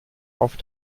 auf